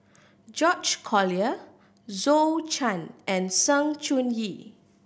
George Collyer Zhou Can and Sng Choon Yee